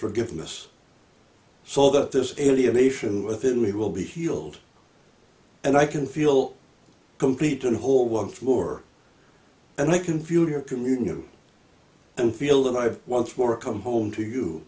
forgiveness so that this alienation within we will be healed and i can feel complete and whole one floor and i can feel your communion and feel that i've once more come home to you